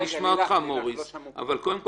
אני אשמע אותך מוריס אבל קודם כל,